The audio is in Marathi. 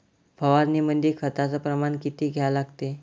फवारनीमंदी खताचं प्रमान किती घ्या लागते?